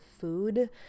food